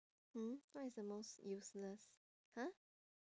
mm what is the most useless !huh!